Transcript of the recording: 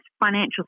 financial